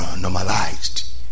normalized